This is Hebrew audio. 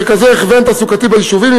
מרכזי הכוון תעסוקתי ביישובים,